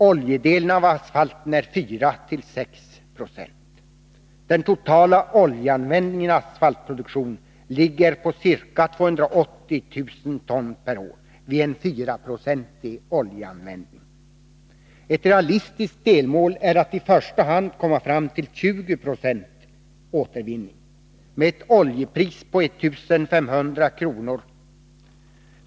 Oljedelen av asfalten är 4-6 20. Den totala oljeanvändningen i asfaltproduktionen ligger på ca 280 000 ton vid en oljeinblandning på 4 96. Ett realistiskt delmål är att i första hand komma fram till en återvinning på 20 96. Med ett oljepris på 1 500 kr.